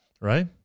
Right